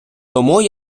тому